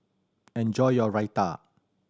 enjoy your Raita